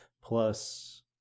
plus